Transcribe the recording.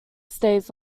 stays